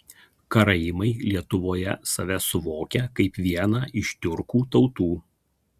karaimai lietuvoje save suvokia kaip vieną iš tiurkų tautų